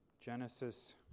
Genesis